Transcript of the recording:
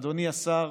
אדוני השר,